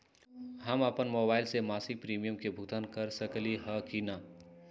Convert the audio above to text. हम अपन मोबाइल से मासिक प्रीमियम के भुगतान कर सकली ह की न?